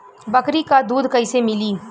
बकरी क दूध कईसे मिली?